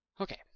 okay